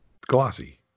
glossy